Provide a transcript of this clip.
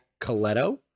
Coletto